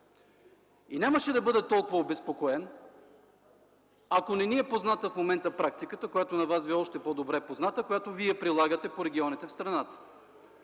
Нямаше да бъда толкова обезпокоен, ако не ни е позната в момента практиката, която на Вас Ви е още по-добре позната, която Вие прилагате по регионите в страната.